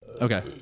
okay